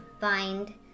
find